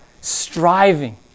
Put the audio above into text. striving